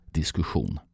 diskussion